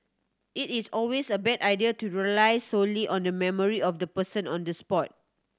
it is always a bad idea to rely solely on the memory of the person on the spot